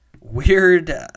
weird